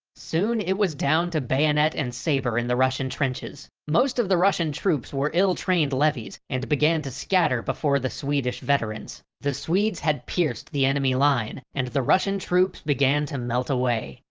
soon it was down to bayonet and saber in the russian trenches. most of the russian troops were ill trained levies and began to scatter before the swedish veterans. the swedes had pierced the enemy line and the russian troops began to melt away.